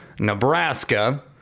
Nebraska